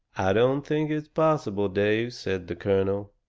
i don't think it's possible, dave, said the colonel.